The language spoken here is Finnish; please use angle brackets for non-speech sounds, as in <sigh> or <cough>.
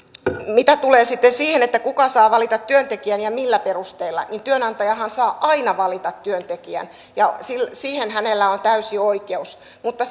mitä tulee sitten siihen kuka saa valita työntekijän ja millä perusteella niin työnantajahan saa aina valita työntekijän ja siihen hänellä on täysi oikeus mutta <unintelligible>